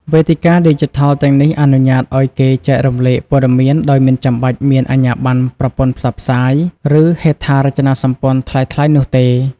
វេទិកាឌីជីថលទាំងនេះអនុញ្ញាតឱ្យគេចែករំលែកព័ត៌មានដោយមិនចាំបាច់មានអាជ្ញាប័ណ្ណប្រព័ន្ធផ្សព្វផ្សាយ ឬហេដ្ឋារចនាសម្ព័ន្ធថ្លៃៗនោះទេ។